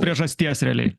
priežasties realiai